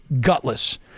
gutless